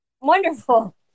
Wonderful